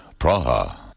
Praha